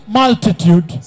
multitude